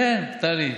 כן, טלי.